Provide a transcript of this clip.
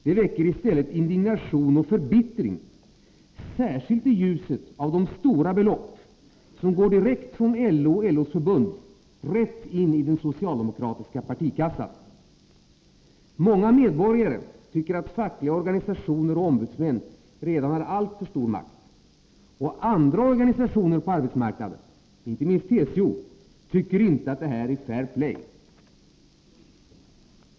Det väcker i stället indignation och förbittring särskilt i ljuset av de stora belopp som går direkt från LO och LO:s förbund rätt in i den socialdemokratiska partikassan. Många medborgare tycker att fackliga organisationer och ombudsmän redan har alltför stor makt, och andra organisationer på arbetsmarknaden — inte minst TCO — tycker inte att det här är fair play.